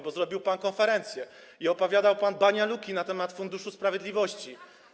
Bo zrobił pan konferencję i opowiadał pan banialuki na temat Funduszu Sprawiedliwości.